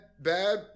bad